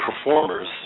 performers